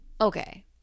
Okay